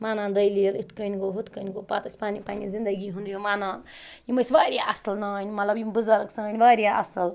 ونان دٔلیٖل یِتھ کٕنۍ گوٚو ہُتھ کٕنۍ گوٚو پتہٕ ٲسۍ پَننہِ پَننہِ زِندگی ہُنٛد یِم وَنان یِم ٲسۍ وارِیاہ اَصٕل نانۍ مطلب یِم بزَرٕگ سٲنۍ وارِیاہ اَصٕل